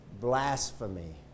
blasphemy